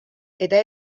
eta